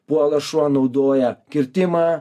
puola šuo naudoja kirtimą